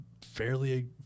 fairly